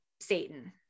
Satan